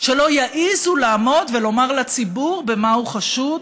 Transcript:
שלא יעזו לעמוד ולומר לציבור במה הוא חשוד.